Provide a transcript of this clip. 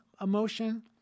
emotion